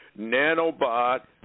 nanobot